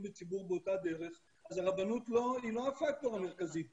בציבור באותה דרך אז הרבנות היא לא הפקטור המרכזי פה,